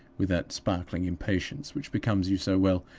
with that sparkling impatience which becomes you so well.